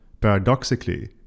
Paradoxically